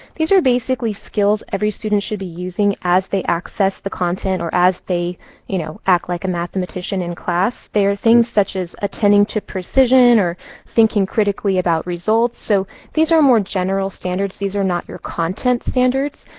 these are basically skills every student should be using as they access the content, or as they you know act like a mathematician in class, they are things such as attending to precision, or thinking critically about results. so these are more general standards. these are not your content standards.